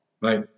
Right